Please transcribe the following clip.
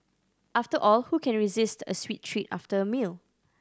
after all who can resist a sweet treat after a meal